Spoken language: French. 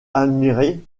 admirer